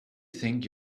think